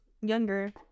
younger